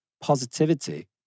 positivity